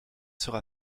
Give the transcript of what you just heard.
sera